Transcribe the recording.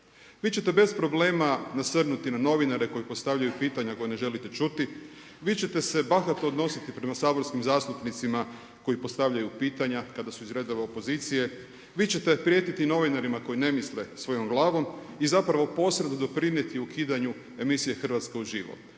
Vi ćete bez problema nasrnuti na novinare koji postavljaju pitanja koja ne želite čuti, vi ćete se bahato odnositi prema saborskim zastupnicima koji postavljaju pitanja kada su iz redova opozicije, vi ćete prijetiti novinarima koji ne misle svojom glavom i zapravo posredno doprinijeti ukidanju emisije Hrvatsko uživo.